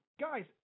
Guys